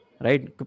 right